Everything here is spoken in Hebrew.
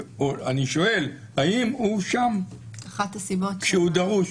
שואל, האם הוא שם כשהוא דרוש?